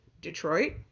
Detroit